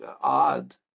odd